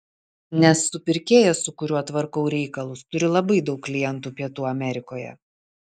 nes supirkėjas su kuriuo tvarkau reikalus turi labai daug klientų pietų amerikoje